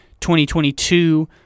2022